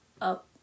Up